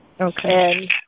Okay